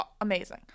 amazing